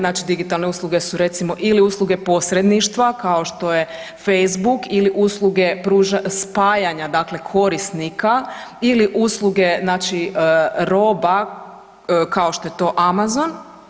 Znači digitalne usluge su recimo ili usluge posredništva kao što je Facebook ili usluge spajanja dakle korisnika ili usluge znači roba kao što je to Amazon.